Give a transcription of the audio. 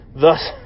Thus